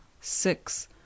six